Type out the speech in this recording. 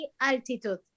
altitude